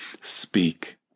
speak